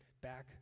back